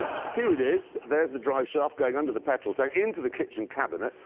here it is. there's the drive shaft going under the petrol tank into the kitchen cabinet.